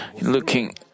Looking